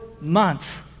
months